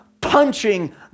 punching